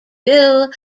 bill